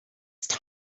same